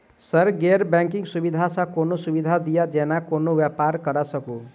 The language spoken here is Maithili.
सर गैर बैंकिंग सुविधा सँ कोनों सुविधा दिए जेना कोनो व्यापार करऽ सकु?